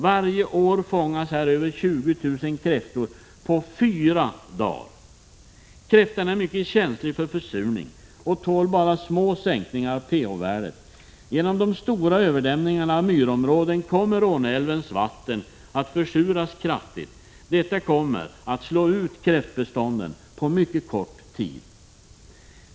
Varje år fångas här över 20 000 kräftor på fyra dagar. Kräftan är mycket känslig för försurning och tål bara små sänkningar av pH-värdet. Genom de stora överdämningarna av myrområden kommer Råneälvens vatten att försuras kraftigt. Detta kommer att slå ut kräftbestånden på mycket kort tid.